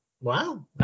Wow